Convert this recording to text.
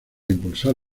impulsar